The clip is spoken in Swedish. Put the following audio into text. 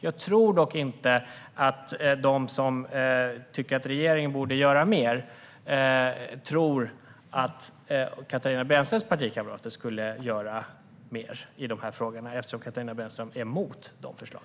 Jag tror dock inte att de som tycker att regeringen borde göra mer tror att Katarina Brännströms partikamrater skulle göra mer i de här frågorna, eftersom Katarina Brännström är emot dessa förslag.